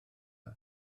dda